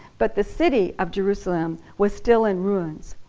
but the city of jerusalem was still in ruins